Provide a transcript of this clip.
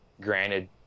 granted